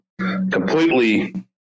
completely